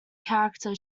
character